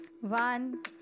One